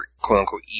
quote-unquote